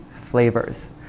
flavors